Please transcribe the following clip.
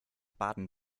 baden